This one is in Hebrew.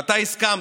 ואתה הסכמת.